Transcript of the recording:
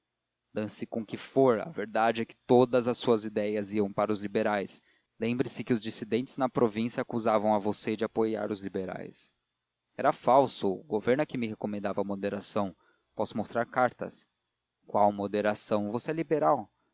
dance com que for a verdade é que todas as suas ideias iam para os liberais lembre-se que os dissidentes na província acusavam a você de apoiar os liberais era falso o governo é que me recomendava moderação posso mostrar cartas qual moderação você é liberal